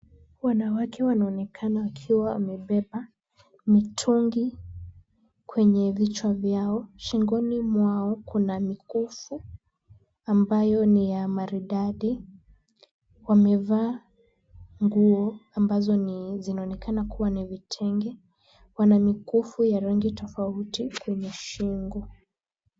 Wanawake wanaonekana wakiwa wamebeba mitungi kwenye vichwa vyao. Shingoni mwao kuna mikufu ambayo ni ya maridadi. Wamevaa nguo ambazo zinaonekana kuwa ni vitenge. Wana mikufu ya rangi tofauti kwenye shingo.